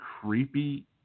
creepy